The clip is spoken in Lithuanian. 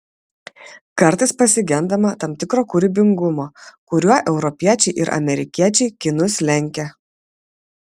kartais pasigendama tam tikro kūrybingumo kuriuo europiečiai ir amerikiečiai kinus lenkia